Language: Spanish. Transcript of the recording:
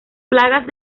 plagas